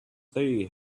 they